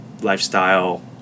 lifestyle